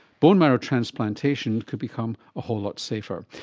bone marrow transplantation could become a whole lot safer.